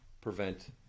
prevent